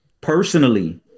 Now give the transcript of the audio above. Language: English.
personally